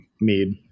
mead